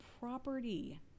property